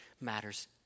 matters